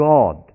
God